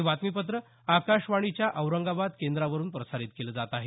हे बातमीपत्र आकाशवाणीच्या औरंगाबाद केंद्रावरून प्रसारित केलं जात आहे